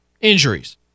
injuries